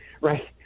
right